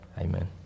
Amen